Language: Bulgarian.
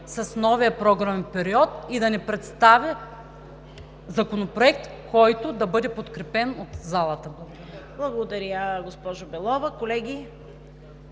с новия програмен период и да ни представи законопроект, който да бъде подкрепен от залата. Благодаря Ви.